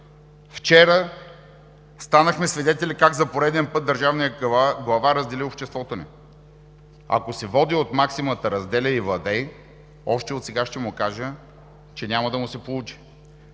Вчера станахме свидетели как за пореден път държавният глава раздели обществото ни. Ако се води от максимата „разделяй и владей“, още отсега ще му кажа, че няма да му се получи.